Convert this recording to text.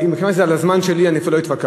מכיוון שזה על חשבון הזמן שלי, אפילו לא התווכחתי.